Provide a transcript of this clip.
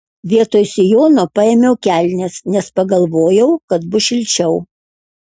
vietoj sijono paėmiau kelnes nes pagalvojau kad bus šilčiau